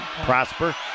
Prosper